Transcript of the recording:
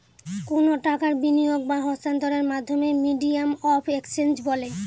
কোনো টাকার বিনিয়োগ বা স্থানান্তরের মাধ্যমকে মিডিয়াম অফ এক্সচেঞ্জ বলে